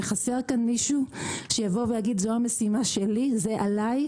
שחסר כאן מישהו שיבוא ויגיד שזו המשימה שלו וזה עליו.